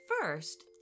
first